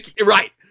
right